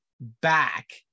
back